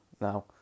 Now